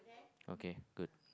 okay good